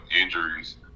injuries